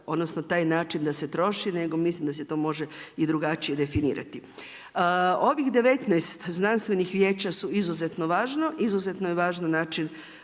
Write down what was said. odnosno taj način da se troši, nego mislim da se to može i drugačije definirati. Ovih 19 znanstvenih vijeća su izuzetno važno, izuzetno je važno način